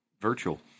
virtual